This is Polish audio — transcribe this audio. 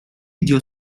zdjął